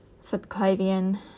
subclavian